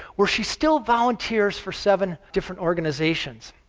where she still volunteers for seven different organizations.